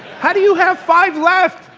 how do you have five left?